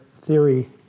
theory